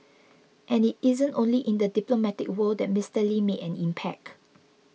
and it isn't only in the diplomatic world that Mister Lee made an impact